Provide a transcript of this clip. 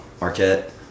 Marquette